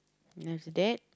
then after that